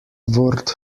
wort